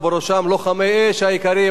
ובראשם לוחמי האש היקרים,